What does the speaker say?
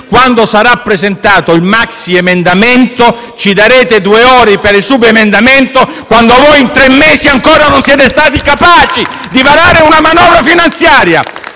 quando sarà presentato il maxiemendamento, ci darete due ore per i subemendamenti, quando voi, in tre mesi, ancora non siete stati capaci di varare una manovra finanziaria.